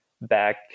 back